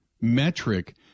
metric